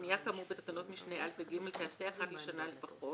פנייה כאמור בתקנות משנה (א) ו-(ג) תיעשה אחת לשנה לפחות,